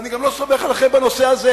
ואני גם לא סומך עליכם בנושא הזה,